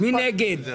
מי נגד?